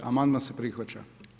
Amandman se prihvaća.